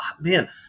man